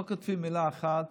לא כותבים מילה אחת,